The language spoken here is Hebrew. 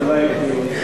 אז אולי הייתי,